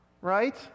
right